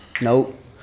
Nope